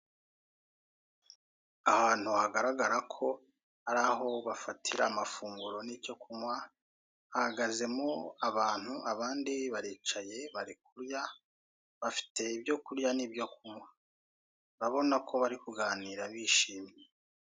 Ahantu hagaragara ko ari aho bafatira amafunguro n'icyo kunywa, hahagazemo abantu, abandi baricaye, bari kurya, bafite ibyo kurya n'ibyo kunywa. Urabona ko bari kuganira bishimye.